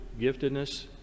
giftedness